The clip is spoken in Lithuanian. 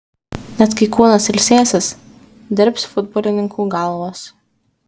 net kai kūnas ilsėsis dirbs futbolininkų galvos